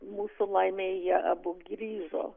mūsų laimei jie abu grįžo